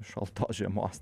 šaltos žiemos